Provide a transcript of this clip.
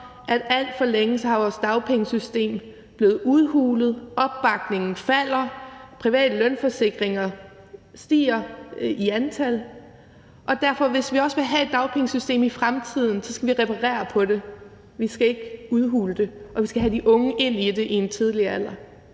alt for længe er blevet udhulet. Opbakningen falder. Private lønforsikringer stiger i antal. Så hvis vi også vil have et dagpengesystem i fremtiden, skal vi reparere på det. Vi skal ikke udhule det, og vi skal have de unge ind i det i en tidlig alder.